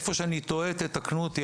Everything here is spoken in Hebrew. איפה שאני טועה תתקנו אותי,